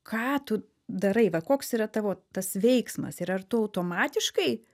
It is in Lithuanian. ką tu darai va koks yra tavo tas veiksmas ir ar tu automatiškai